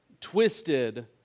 twisted